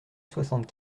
soixante